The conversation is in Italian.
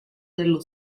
dello